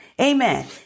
Amen